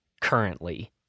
currently